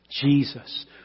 Jesus